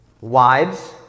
wives